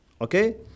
Okay